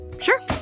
Sure